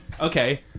Okay